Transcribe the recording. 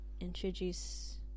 introduce